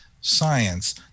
science